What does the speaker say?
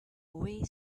boy